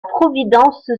providence